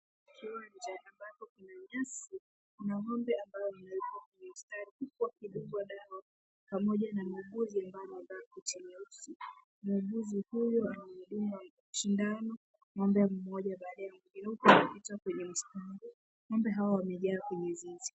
Tuko nje ambapo kuna nyasi, kuna ng'ombe ambao wamepangwa kwenye mstari huku wakilishwa dawa pamoja na muguzi ambaye amevaa buti nyeusi. Muguzi huyo anamdunga shindano ngombe mmoja baada ya mwingine huku akipita kwenye mstari. Ng'ombe hao wamejaa kwenye zizi.